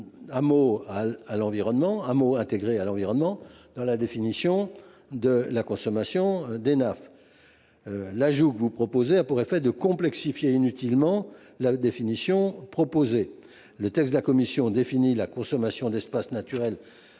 hameaux intégrés à l’environnement » dans la définition de la consommation d’Enaf. Cet ajout aurait pour effet de complexifier inutilement la définition proposée. Le texte de la commission définit la consommation d’espaces naturels,